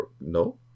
no